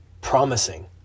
promising